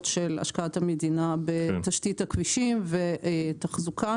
של השקעת המדינה בתשתית הכבישים ותחזוקה.